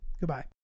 goodbye